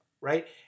right